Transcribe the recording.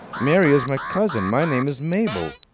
mary is my cousin. my name is mabel.